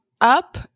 up